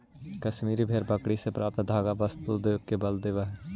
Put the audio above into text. कश्मीरी भेड़ बकरी से प्राप्त धागा वस्त्र उद्योग के बल देवऽ हइ